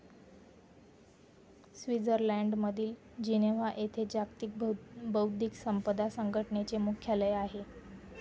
स्वित्झर्लंडमधील जिनेव्हा येथे जागतिक बौद्धिक संपदा संघटनेचे मुख्यालय आहे